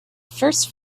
first